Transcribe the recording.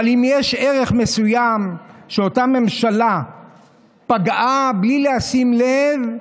אבל אם יש ערך מסוים שאותה ממשלה פגעה בלי לשים לב,